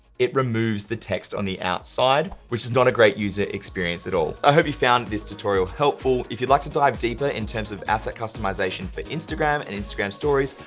it removes the text on the outside, which is not a great user experience at all. i hope you found this tutorial helpful. if you'd like to dive deeper in terms of asset customization for instagram and instagram stories,